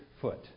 foot